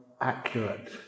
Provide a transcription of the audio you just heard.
accurate